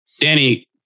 Danny